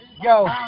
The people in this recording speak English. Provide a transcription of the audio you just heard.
Yo